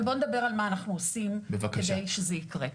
אבל בואו נדבר על מה אנחנו עושים כדי שזה יקרה.